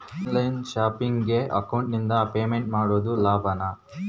On line ಶಾಪಿಂಗಿಗೆ ಅಕೌಂಟಿಂದ payment ಮಾಡೋದು ಲಾಭಾನ?